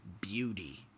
beauty